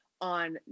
on